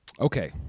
Okay